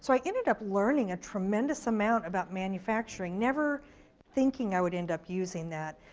so i ended up learning a tremendous amount about manufacturing. never thinking i would end up using that.